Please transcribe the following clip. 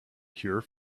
cure